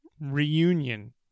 reunion